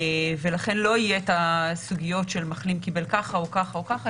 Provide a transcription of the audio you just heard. ולכן לא יהיו את הסוגיות שמחלים קיבל ככה או ככה או ככה.